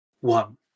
one